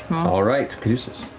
all right, caduceus.